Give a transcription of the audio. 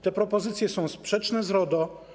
Te propozycje są sprzeczne z RODO.